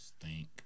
stink